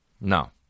No